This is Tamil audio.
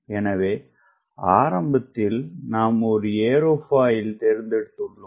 எனவே ஆரம்பத்தில் நாம் ஒருஏரோபாயில் தேர்ந்தெடுத்துள்ளோம்